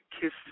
kiss